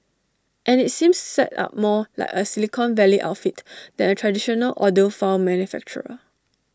and IT seems set up more like A Silicon Valley outfit than A traditional audiophile manufacturer